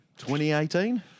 2018